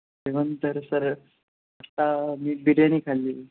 जेवण तर सर आता मी बिर्याणी खाल्लेली